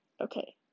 Okay